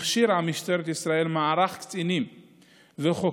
הכשירה משטרת ישראל מערך קצינים וחוקרים